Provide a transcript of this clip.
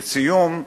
לסיום,